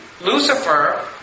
Lucifer